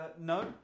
No